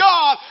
God